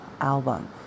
album